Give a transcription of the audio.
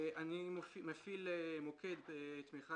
אני מפעיל מוקד תמיכה